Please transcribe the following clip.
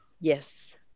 Yes